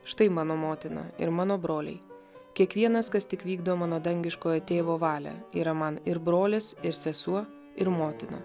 štai mano motina ir mano broliai kiekvienas kas tik vykdo mano dangiškojo tėvo valią yra man ir brolis ir sesuo ir motina